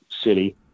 city